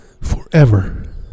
forever